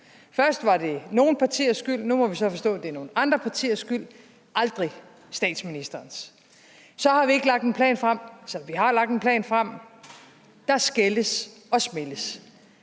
Først var det nogle partiers skyld, nu må vi så forstå, at det er nogle andre partiers skyld – aldrig statsministerens. Så har vi ikke lagt en plan frem, selv om vi har lagt en plan frem – der skældes og smældes.